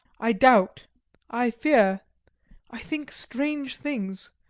i doubt i fear i think strange things,